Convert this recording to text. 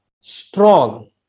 strong